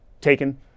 taken